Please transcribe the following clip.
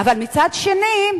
אבל מצד שני,